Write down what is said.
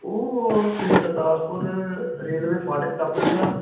ਉਹ ਤੁਸੀਂ ਗੁਰਦਾਸਪੁਰ ਰੇਲਵੇ ਫਾਟਕ ਟੱਪ ਕੇ ਨਾ